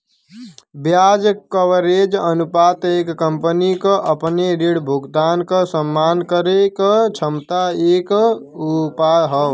ब्याज कवरेज अनुपात एक कंपनी क अपने ऋण भुगतान क सम्मान करे क क्षमता क एक उपाय हौ